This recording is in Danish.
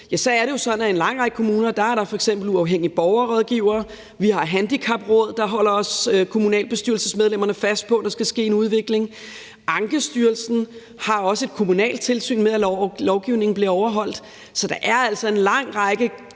har kendskab til – at i en lang række kommuner er der f.eks. uafhængige borgerrådgivere; vi har handicapråd, der også holder kommunalbestyrelsesmedlemmerne fast på, at der skal ske en udvikling. Ankestyrelsen har også et kommunalt tilsyn med, at lovgivningen bliver overholdt. Så der er altså en lang række